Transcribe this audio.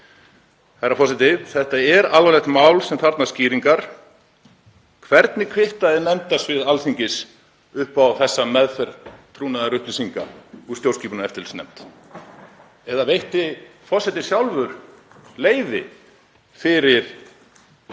Þetta er alvarlegt mál sem þarfnast skýringar. Hvernig kvittaði nefndasvið Alþingis upp á þessa meðferð trúnaðarupplýsinga úr stjórnskipunar- og eftirlitsnefnd, eða veitti forseti sjálfur leyfi fyrir